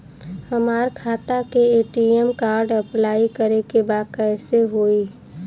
हमार खाता के ए.टी.एम कार्ड अप्लाई करे के बा कैसे होई?